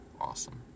awesome